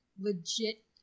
legit